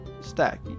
stack